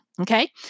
Okay